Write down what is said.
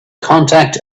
contact